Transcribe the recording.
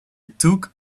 took